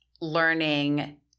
learning